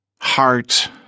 heart